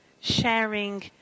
sharing